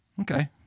Okay